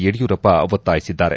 ಯಡಿಯೂರಪ್ಪ ಒತ್ತಾಯಿಸಿದ್ದಾರೆ